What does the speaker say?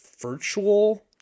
virtual